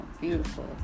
beautiful